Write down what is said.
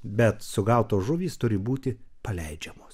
bet sugautos žuvys turi būti paleidžiamos